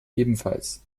ebenfalls